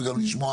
וגם לשמוע